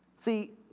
See